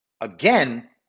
Again